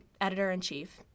editor-in-chief